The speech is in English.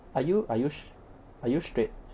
are you are you s~ are you straight